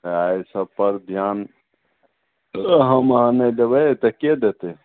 तऽ एहि सब पर ध्यान हम अहाँ नहि देबै तऽ के देतै